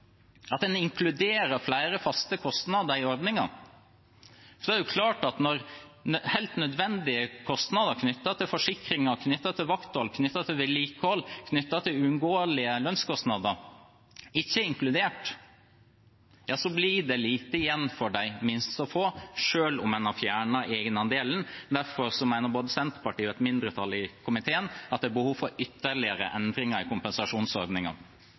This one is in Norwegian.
at en inkluderer flere faste kostnader i ordningen. Det er klart at når helt nødvendige kostnader knyttet til forsikring, vakthold, vedlikehold og uunngåelige lønnskostnader ikke er inkludert, blir det lite igjen å få for de minste, selv om en har fjernet egenandelen. Derfor mener både Senterpartiet og et mindretall i komiteen at det er behov for ytterligere endringer i